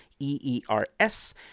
E-E-R-S